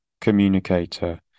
communicator